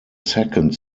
second